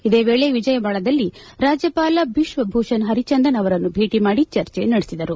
ಇದೇ ವೇಳೆ ವಿಜಯವಾಡದಲ್ಲಿ ರಾಜ್ಯಪಾಲ ಭಿಶ್ವಭೂಷನ್ ಹರಿಚಂದನ್ ಅವರನ್ನು ಭೇಟಿ ಮಾಡಿ ಚರ್ಚೆ ನಡೆಸಿದರು